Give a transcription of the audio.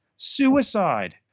suicide